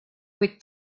with